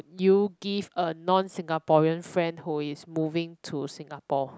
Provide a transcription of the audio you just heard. you give a non singaporean friend who is moving to singapore